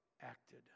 acted